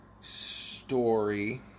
story